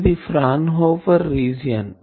ఇది Fraunhofer region